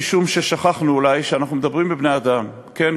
משום ששכחנו אולי שאנחנו מדברים בבני-אדם כן,